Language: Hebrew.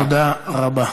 תודה רבה.